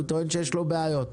הוא טוען שיש לו בעיות,